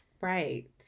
Right